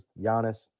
Giannis